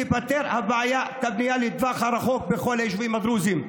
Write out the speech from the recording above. תיפתר בעיית הבנייה לטווח הרחוק בכל היישובים הדרוזים.